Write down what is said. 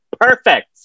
perfect